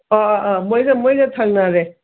ꯑ ꯑ ꯑ ꯃꯣꯏꯒ ꯃꯣꯏꯒ ꯊꯪꯅꯔꯦ